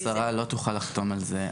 השרה לא תוכל לחתום על זה.